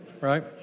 Right